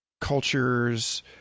cultures